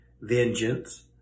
vengeance